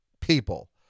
people